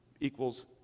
equals